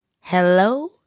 Hello